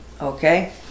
Okay